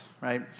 right